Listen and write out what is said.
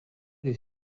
les